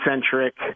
centric